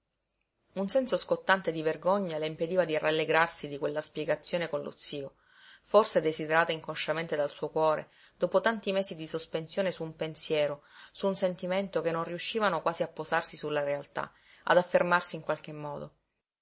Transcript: un senso scottante di vergogna le impediva di rallegrarsi di quella spiegazione con lo zio forse desiderata inconsciamente dal suo cuore dopo tanti mesi di sospensione su un pensiero su un sentimento che non riuscivano quasi a posarsi sulla realtà ad affermarsi in qualche modo